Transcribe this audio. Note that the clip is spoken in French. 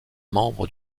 membres